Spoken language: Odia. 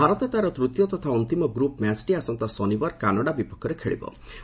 ଭାରତ ତା'ର ତୂତୀୟ ତଥା ଅନ୍ତିମ ଗ୍ରପ୍ ମ୍ୟାଚ୍ଟି ଆସନ୍ତା ଶନିବାର କାନାଡ଼ା ବିପକ୍ଷରେ ଖେଳବି